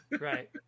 Right